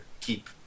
keep